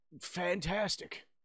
fantastic